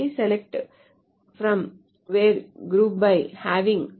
SELECT FROM WHERE GROUP BY HAVING ORDER BY